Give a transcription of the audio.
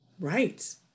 right